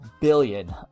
billion